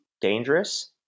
dangerous